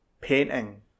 painting